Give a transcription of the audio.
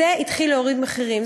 זה התחיל להוריד מחירים.